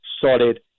solid